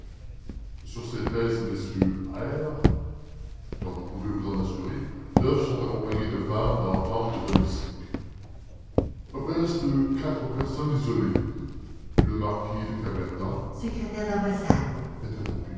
sur ces treize messieurs r comme vous pouvez vous en assurer neuf sont accompagnés de femmes d'enfants ou de domestiques restent quatre personnages isolés le marquis de raverdan secrétaire d'ambassade